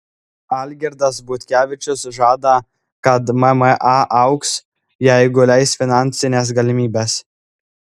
algirdas butkevičius žada kad mma augs jeigu leis finansinės galimybės